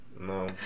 No